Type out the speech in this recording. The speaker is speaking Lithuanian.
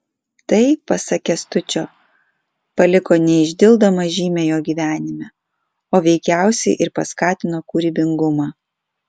tai pasak kęstučio paliko neišdildomą žymę jo gyvenime o veikiausiai ir paskatino kūrybingumą